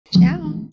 Ciao